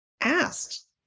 asked